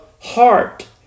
heart